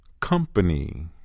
Company